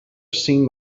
seems